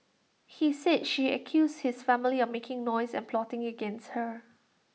he said she accused his family of making noise and plotting against her